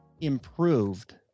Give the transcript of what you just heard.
improved